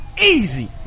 easy